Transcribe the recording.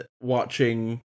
watching